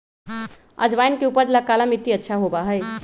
अजवाइन के उपज ला काला मट्टी अच्छा होबा हई